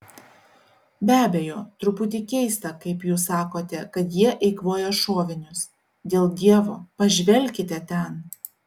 be abejo truputį keista kaip jūs sakote kad jie eikvoja šovinius dėl dievo pažvelkite ten